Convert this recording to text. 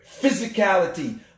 physicality